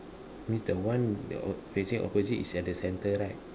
is the one the o~ facing opposite is at the centre right